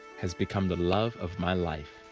has become the love of my life.